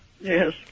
Yes